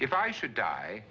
if i should die